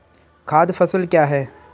खाद्य फसल क्या है?